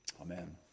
Amen